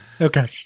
Okay